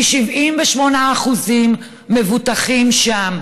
כי 78% מבוטחים בה.